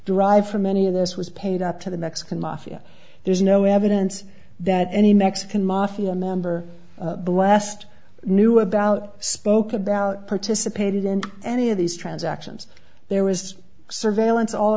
derived from any of this was paid up to the mexican mafia there's no evidence that any mexican mafia member blessed knew about spoke about participated in any of these transactions there was surveillance all